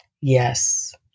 Yes